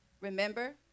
remember